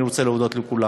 אני רוצה להודות לכולם.